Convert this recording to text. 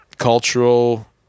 cultural